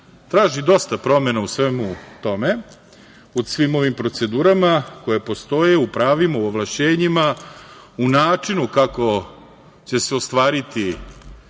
traži dosta promena u svemu tome u svim ovim procedurama koje postoje u pravima u ovlašćenjima, u načinu kako će se ostvariti